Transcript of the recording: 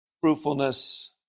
fruitfulness